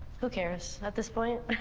who cares at this point.